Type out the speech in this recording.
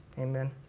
Amen